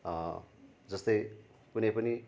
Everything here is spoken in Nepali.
जस्तै कुनै पनि